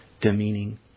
demeaning